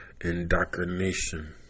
indoctrination